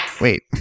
wait